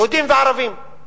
יהודים וערבים.